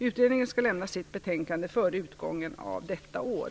Utredningen skall lämna sitt betänkande före utgången av detta år.